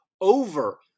over